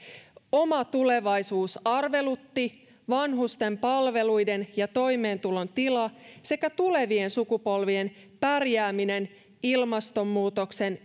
oma tulevaisuus arvelutti vanhusten palveluiden ja toimeentulon tila sekä tulevien sukupolvien pärjääminen ilmastonmuutoksen